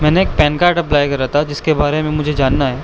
میں نے ایک پین کارڈ اپلائی کرا تھا جس کے بارے میں مجھے جاننا ہے